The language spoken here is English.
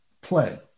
play